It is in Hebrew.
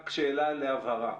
רק שאלה להבהרה.